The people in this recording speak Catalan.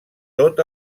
tot